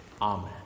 Amen